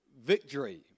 victory